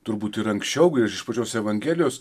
turbūt ir anksčiau ir iš pačios evangelijos